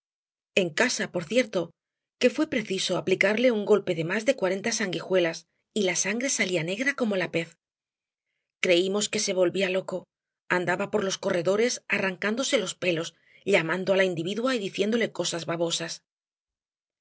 en casa por cierto que fué preciso aplicarle un golpe de más de cuarenta sanguijuelas y la sangre salía negra como la pez creímos que se volvía loco andaba por los corredores arrancándose los pelos llamando á la individua y diciéndole cosas babosas